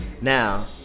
Now